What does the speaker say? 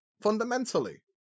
Fundamentally